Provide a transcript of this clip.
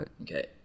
okay